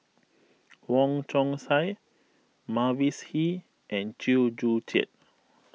Wong Chong Sai Mavis Hee and Chew Joo Chiat